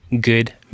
good